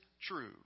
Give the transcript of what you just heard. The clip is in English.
true